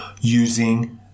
using